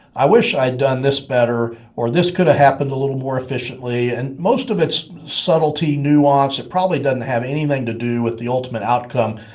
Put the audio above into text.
i wish i'd done this better or this could have happened a little more efficiently. and most of it's subtlety, nuance. it probably doesn't have anything to do with the ultimate outcome.